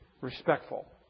respectful